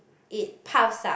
it puffs up